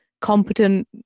competent